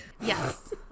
Yes